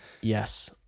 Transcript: Yes